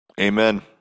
Amen